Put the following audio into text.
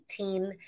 2018